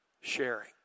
sharing